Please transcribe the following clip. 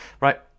right